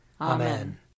Amen